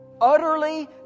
utterly